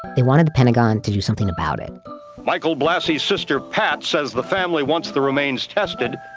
they wanted the pentagon to do something about it michael blassi's sister pat says the family wants the remains tested,